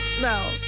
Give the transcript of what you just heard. no